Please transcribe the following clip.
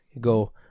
Go